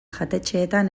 jatetxeetan